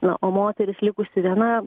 na o moteris likusi viena